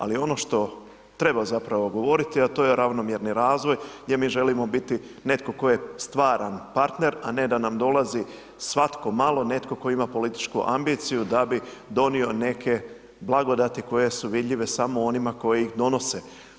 Ali ono što treba zapravo govoriti, a to je ravnomjerni razvoj gdje mi želimo biti netko tko je stvaran partner, a ne da nam dolazi svatko malo netko tko ima političku ambiciju da bi donio neke blagodati koje su vidljive samo onima koji donose.